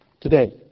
today